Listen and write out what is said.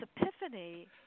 epiphany